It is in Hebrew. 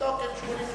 תבדוק את 88(ז).